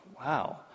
wow